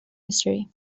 history